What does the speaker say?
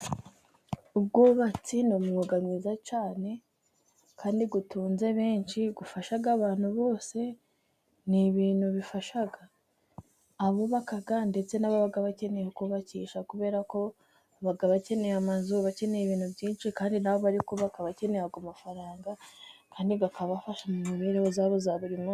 Ubwubatsi ni umwuga mwiza cyane, kandi utunze benshi ufasha abantu bose, ni ibintu bifasha abubaka ndetse n'ababa bakeneye kubakisha, kubera ko baba bakeneye amazu bakeneye ibintu byinshi kandi n'abo bari kubaka bakeneye amafaranga, kandi akabafasha mu mibereho yabo ya buri munsi.